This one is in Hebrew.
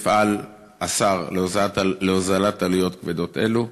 יפעל השר להוזלת עלויות כבדות אלו?